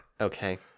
Okay